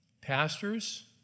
Pastors